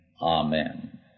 amen